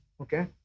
Okay